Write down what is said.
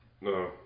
No